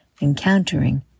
encountering